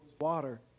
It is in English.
water